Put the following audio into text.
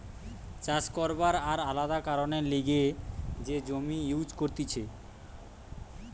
চাষ করবার আর আলাদা কারণের লিগে যে জমি ইউজ করতিছে